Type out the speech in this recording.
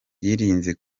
yirinze